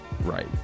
Right